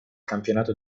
campionato